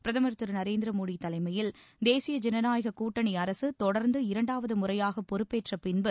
பிரதமர் திரு நரேந்திர மோடி தலைமையில் தேசிய ஜனநாயகக் கூட்டணி அரசு தொடர்ந்து இரண்டாவது முறையாக பொறுப்பேற்ற பின்பு